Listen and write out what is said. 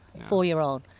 four-year-old